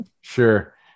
Sure